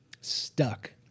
stuck